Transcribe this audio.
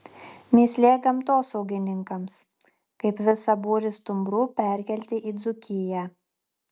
mįslė gamtosaugininkams kaip visą būrį stumbrų perkelti į dzūkiją